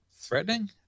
threatening